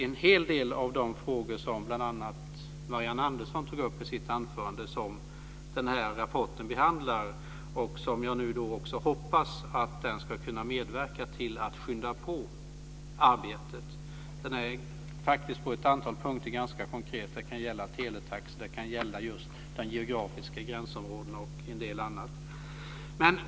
En hel del av de frågor som bl.a. Marianne Andersson tog upp i sitt anförande behandlas i den här rapporten, och jag hoppas nu att den ska medverka till att skynda på arbetet. Den är faktiskt på ett antal punkter ganska konkret. Det kan gälla teletaxor, de geografiska gränsområdena och en del annat.